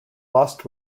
lost